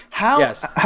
Yes